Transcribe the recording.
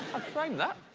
frame that.